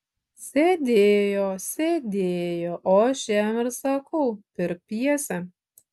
sėdėjo sėdėjo o aš jam ir sakau pirk pjesę